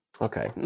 Okay